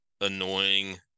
annoying